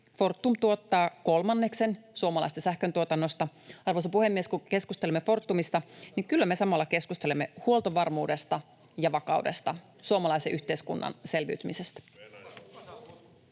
Fortum tuottaa kolmanneksen suomalaisesta sähköntuotannosta. Arvoisa puhemies! Kun keskustelemme Fortumista, niin kyllä me samalla keskustelemme huoltovarmuudesta ja vakaudesta, suomalaisen yhteiskunnan selviytymisestä.